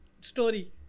story